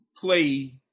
play